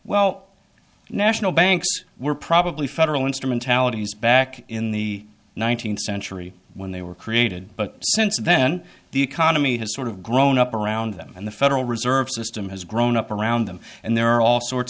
well national banks were probably federal instrumentalities back in the nineteenth century when they were created but since then the economy has sort of grown up around them and the federal reserve system has grown up around them and there are all sorts